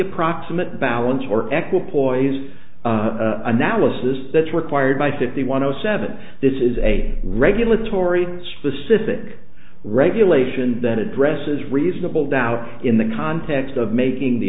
approximate balance or echo poise analysis that's required by fifty one o seven this is a regulatory specific regulation that addresses reasonable doubt in the context of making the